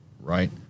right